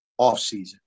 offseason